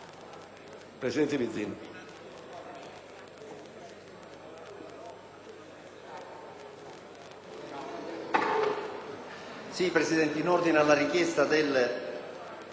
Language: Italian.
Presidente, in ordine alla richiesta del senatore Bianco circa l'accantonamento dell'emendamento 4.108,